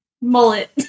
mullet